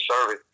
service